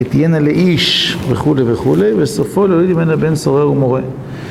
התהיינה לאיש וכולי וכולי, וסופו להוריד ממנה בן שורר ומורה.